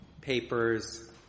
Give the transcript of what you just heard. Papers